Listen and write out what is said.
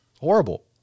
horrible